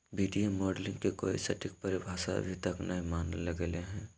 वित्तीय मॉडलिंग के कोई सटीक परिभाषा अभी तक नय मानल गेले हें